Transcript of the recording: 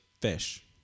fish